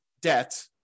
debt